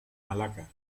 malaca